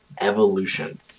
evolution